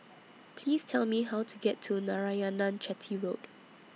Please Tell Me How to get to Narayanan Chetty Road